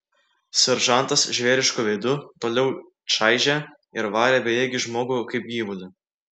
seržantas žvėrišku veidu toliau čaižė ir varė bejėgį žmogų kaip gyvulį